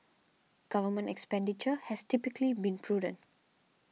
government expenditure has typically been prudent